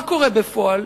מה קורה בפועל?